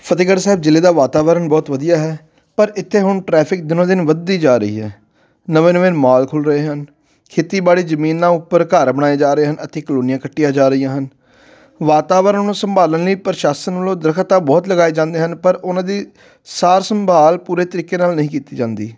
ਫਤਿਹਗੜ੍ਹ ਸਾਹਿਬ ਜ਼ਿਲ੍ਹੇੇ ਦਾ ਵਾਤਾਵਰਨ ਬਹੁਤ ਵਧੀਆ ਹੈ ਪਰ ਇੱਥੇ ਹੁਣ ਟਰੈਫਿਕ ਦਿਨੋ ਦਿਨ ਵੱਧਦੀ ਜਾ ਰਹੀ ਹੈ ਨਵੇਂ ਨਵੇਂ ਮਾਲ ਖੁੱਲ ਰਹੇ ਹਨ ਖੇਤੀਬਾੜੀ ਜਮੀਨਾਂ ਉੱਪਰ ਘਰ ਬਣਾਏ ਜਾ ਰਹੇ ਹਨ ਅਤੇ ਕਲੋਨੀਆਂ ਕੱਟੀਆਂ ਜਾ ਰਹੀਆਂ ਹਨ ਵਾਤਾਵਰਣ ਨੂੰ ਸੰਭਾਲਣ ਲਈ ਪ੍ਰਸ਼ਾਸਨ ਵੱਲੋਂ ਦਰਖਤ ਤਾਂ ਬਹੁਤ ਲਗਾਏ ਜਾਂਦੇ ਹਨ ਪਰ ਉਹਨਾਂ ਦੀ ਸਾਰ ਸੰਭਾਲ ਪੂਰੇ ਤਰੀਕੇ ਨਾਲ ਨਹੀਂ ਕੀਤੀ ਜਾਂਦੀ